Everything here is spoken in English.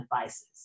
devices